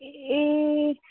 ए